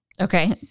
Okay